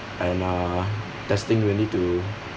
and ah testing will need to